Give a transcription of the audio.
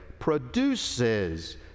produces